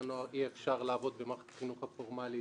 הנוער אי-אפשר לעבוד במערכת החינוך הפורמלית,